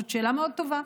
זו שאלה מאוד טובה.